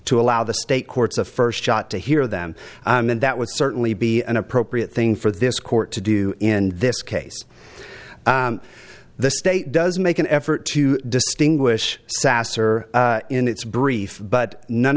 to allow the state courts a first shot to hear them and that would certainly be an appropriate thing for this court to do in this case the state does make an effort to distinguish sasser in its brief but none